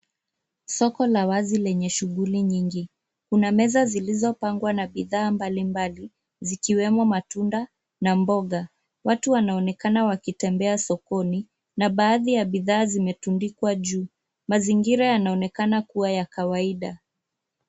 Soko la wazi lenye shughuli nyingi. Kuna meza zilizopangwa na bidhaa mbalimbali zikiwemo matunda na mboga. Watu wanaonekana wakitembea sokoni na baadhi ya bidhaa zimetundikwa juu. Mazingira yanaonekana kuwa ya kawaida.